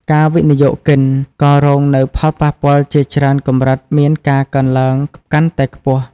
ការវិនិយោគិនក៏រងនូវផលប៉ះពាល់ជាច្រើនកម្រិតមានការកើនឡើងកាន់តែខ្ពស់ ។